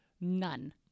None